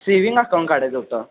saving account काढयचं होतं